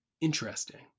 interesting